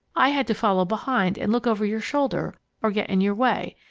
i had to follow behind and look over your shoulder or get in your way,